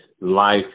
life